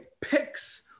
picks